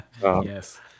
Yes